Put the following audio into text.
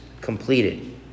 completed